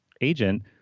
Agent